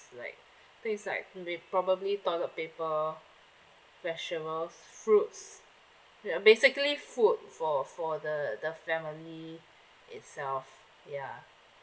like things like we probably toilet paper vegetables fruits ya basically food for for the the family itself ya